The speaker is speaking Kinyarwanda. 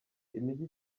imijyi